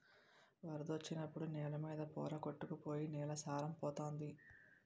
వరదొచ్చినప్పుడు నేల మీద పోర కొట్టుకు పోయి నేల సారం పోతంది